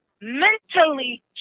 mentally